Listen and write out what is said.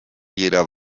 jeder